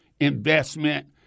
investment